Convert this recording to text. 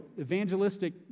evangelistic